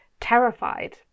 terrified